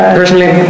personally